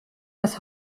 das